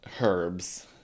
Herbs